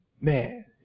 man